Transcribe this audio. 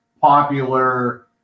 popular